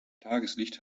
tageslicht